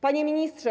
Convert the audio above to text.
Panie Ministrze!